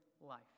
life